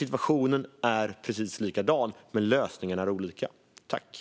Situationen är precis likadan där, men lösningen är en annan.